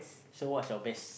so what's your best